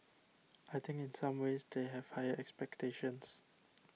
I think in some ways they have higher expectations